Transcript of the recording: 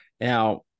Now